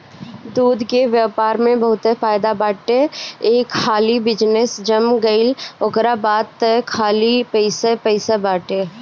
दूध के व्यापार में बहुते फायदा बाटे एक हाली बिजनेस जम गईल ओकरा बाद तअ खाली पइसे पइसे बाटे